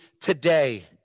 today